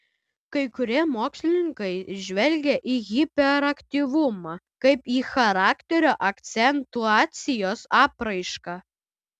kai kurie mokslininkai žvelgia į hiperaktyvumą kaip į charakterio akcentuacijos apraišką